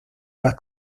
las